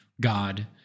god